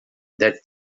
that